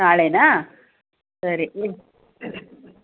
ನಾಳೆನಾ ಸರಿ